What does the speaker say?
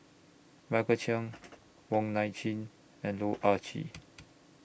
Michael Chiang Wong Nai Chin and Loh Ah Chee